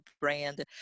brand